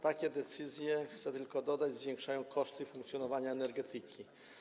Takie decyzje, chcę tylko dodać, zwiększają koszty funkcjonowania energetyki.